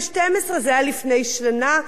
זה היה לפני שנה,